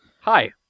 Hi